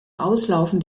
auslaufen